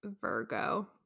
virgo